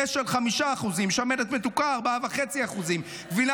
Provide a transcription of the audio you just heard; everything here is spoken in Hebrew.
אשל עלה ב-5%; שמנת מתוקה עלתה ב-4.5%; גבינה